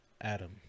Adam